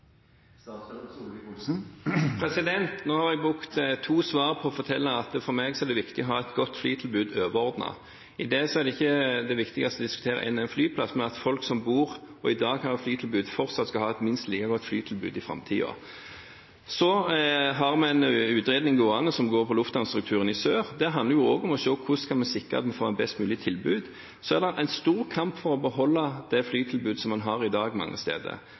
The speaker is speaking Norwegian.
Nå har jeg brukt to svar på å fortelle at for meg er det viktig å ha et godt overordnet flytilbud. I det er ikke det viktigste å diskutere én og én flyplass, men at folk som i dag har et flytilbud, fortsatt skal ha et minst like godt flytilbud i framtiden. Vi har en utredning gående som angår lufthavnstrukturen i sør. Det handler også om å se på hvordan vi kan sikre at vi får et best mulig tilbud. Så er det en stor kamp for å beholde det flytilbudet en har i dag mange steder.